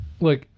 Look